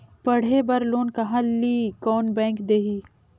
पढ़े बर लोन कहा ली? कोन बैंक देही?